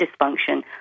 dysfunction